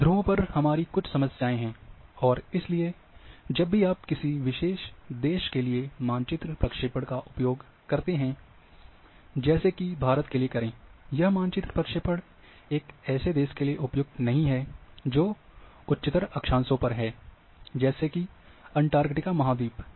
ध्रुवों पर हमारी कुछ समस्याएं हैं और इसलिए जब भी आप किसी विशेष देश के लिए मानचित्र प्रक्षेपण का उपयोग करते हैं जैसे कि भारत के लिए करें यह मानचित्र प्रक्षेपण एक ऐसे देश के लिए उपयुक्त नहीं है जो उच्चतर अक्षांशों पर है जैसा कि अंटार्कटिका महाद्वीप है